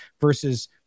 versus